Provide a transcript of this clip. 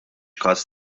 każ